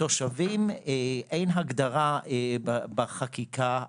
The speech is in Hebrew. לתושבים אין הגדרה מפורשת בחקיקה,